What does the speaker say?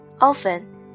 often